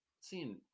seeing